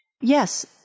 Yes